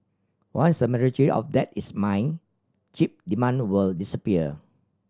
once the majority of that is mined chip demand will disappear